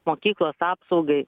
mokyklos apsaugai